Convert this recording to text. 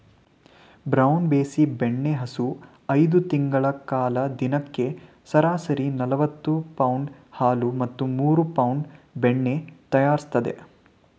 brown Bessie ಬೆಣ್ಣೆಹಸು ಐದು ತಿಂಗಳ ಕಾಲ ದಿನಕ್ಕೆ ಸರಾಸರಿ ನಲವತ್ತು ಪೌಂಡ್ ಹಾಲು ಮತ್ತು ಮೂರು ಪೌಂಡ್ ಬೆಣ್ಣೆ ತಯಾರಿಸ್ತದೆ